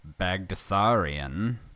Bagdasarian